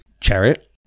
Chariot